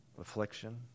affliction